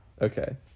Okay